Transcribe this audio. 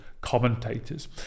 commentators